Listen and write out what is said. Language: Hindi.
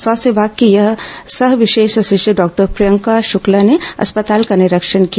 स्वास्थ्य विमाग की सह विशेष सचिव डॉक्टर प्रियंका शुक्ला ने अस्पताल का निरीक्षण किया